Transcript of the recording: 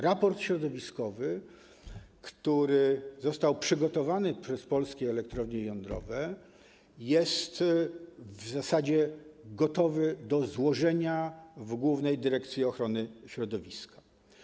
Raport środowiskowy, który został przygotowany przez Polskie Elektrownie Jądrowe, jest w zasadzie gotowy do złożenia w Generalnej Dyrekcji Ochrony Środowiska.